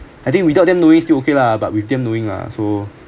I think without them knowing still okay lah but with them knowing ah so